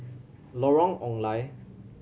Lorong Ong Lye